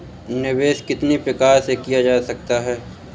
निवेश कितनी प्रकार से किया जा सकता है?